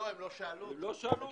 שאלתם אותו.